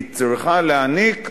היא צריכה להעניק,